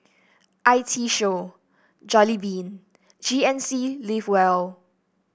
I T Show Jollibean G N C Live Well